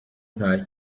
nta